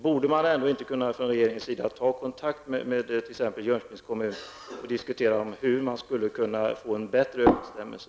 Borde inte regeringen kunna ta kontakt med t.ex. Jönköpings kommun och diskutera hur man skall kunna få en bättre överensstämmelse?